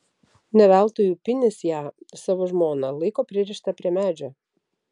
ne veltui upinis ją savo žmoną laiko pririštą prie medžio